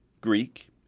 Greek